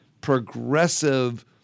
progressive